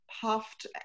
puffed